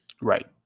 Right